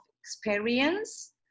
experience